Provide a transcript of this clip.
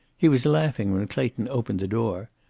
he was laughing when clayton opened the door,